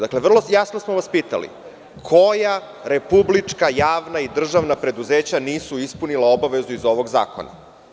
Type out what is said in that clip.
Dakle, vrlo jasno smo vas pitali – koja republička javna i državna preduzeća nisu ispunila obavezu iz ovog zakona?